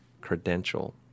credential